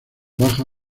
baja